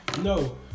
No